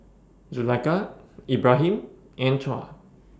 Zulaikha Ibrahim and Tuah